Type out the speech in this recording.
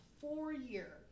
four-year